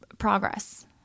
progress